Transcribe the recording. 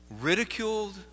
ridiculed